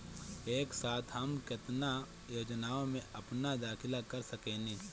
एक साथ हम केतना योजनाओ में अपना दाखिला कर सकेनी?